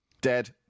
dead